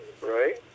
right